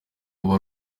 kuba